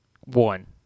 One